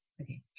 okay